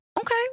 Okay